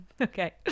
Okay